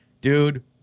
Dude